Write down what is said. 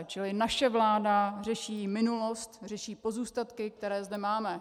Čili naše vláda řeší minulost, řeší pozůstatky, které zde máme.